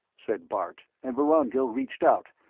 said bart, and vorongil reached out,